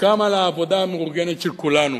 וגם על העבודה המאורגנת של כולנו,